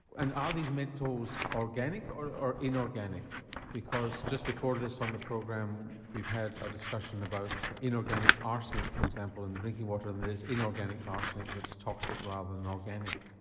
and are these metals organic or inorganic because just before this on the program we've had a discussion about inorganic arsenic for example in the drinking water and there's inorganic arsenic that's toxic rather than organic?